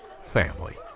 family